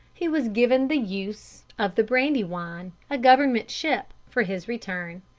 he was given the use of the brandywine, a government ship, for his return.